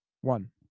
one